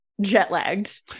jet-lagged